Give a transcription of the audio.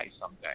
someday